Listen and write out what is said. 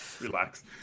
Relax